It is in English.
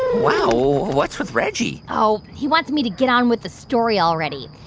wow. what's with reggie? oh, he wants me to get on with the story already.